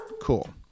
Cool